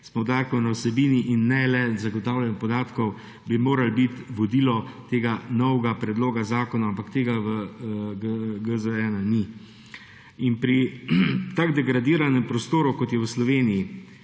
s poudarkom na vsebini in ne le zagotavljanju podatkov bi morali biti vodilo tega novega predloga zakona, ampak tega v GZ-1 ni. Pri tako degradiranem prostoru, kot je v Sloveniji,